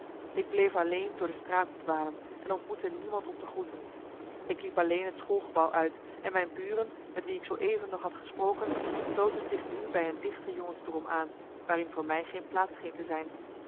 ik bleef alleen door de straten dwalen en ontmoette niemand om te groeten ik liep alleen het schoolgebouw uit en mijn buren met wie ik zooeven nog had gesproken sloten zich nu bij een dichte jongensdrom aan waarin voor mij geen plaats scheen te zijn